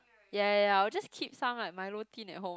ya ya ya I'll just keep some like milo tin at home